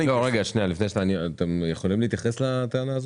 צה"ל יכול להתייחס לטענה הזאת?